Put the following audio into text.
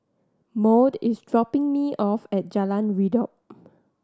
Maude is dropping me off at Jalan Redop